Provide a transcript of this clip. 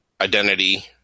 identity